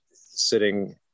sitting